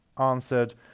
answered